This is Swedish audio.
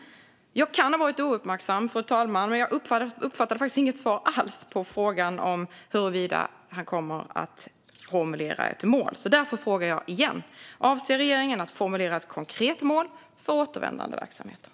Jag kan ha varit ouppmärksam, fru talman, men jag uppfattade faktiskt inget svar alls på frågan om huruvida han kommer att formulera ett mål. Därför frågar jag igen: Avser regeringen att formulera ett konkret mål för återvändandeverksamheten?